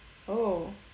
oh